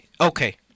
Okay